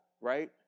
right